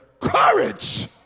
courage